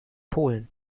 polen